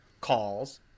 calls